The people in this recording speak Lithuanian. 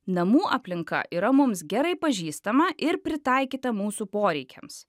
namų aplinka yra mums gerai pažįstama ir pritaikyta mūsų poreikiams